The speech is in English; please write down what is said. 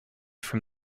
from